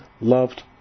loved